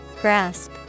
Grasp